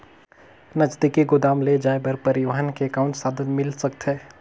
नजदीकी गोदाम ले जाय बर परिवहन के कौन साधन मिल सकथे?